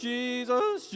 Jesus